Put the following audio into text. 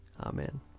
Amen